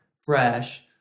fresh